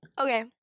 Okay